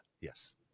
yes